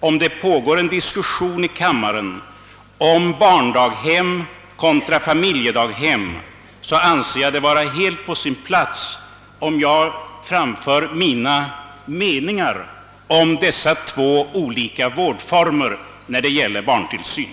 Om det pågår en diskussion i kammaren om barndaghem kontra familjedaghem anser jag det vara helt på sin plats att framföra mina meningar om dessa båda olika former för barntillsyn.